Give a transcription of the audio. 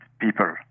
people